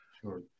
Sure